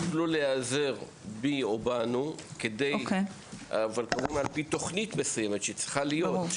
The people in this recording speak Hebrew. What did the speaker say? תוכלו להיעזר בי או בנו על פי תוכנית מסוימת שצריכה להיות,